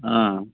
ꯑꯥ